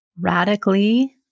radically